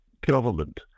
government